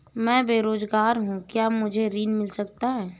मैं बेरोजगार हूँ क्या मुझे ऋण मिल सकता है?